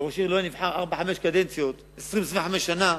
וראש עיר לא נבחר לארבע-חמש קדנציות, 20 25 שנה,